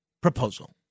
proposal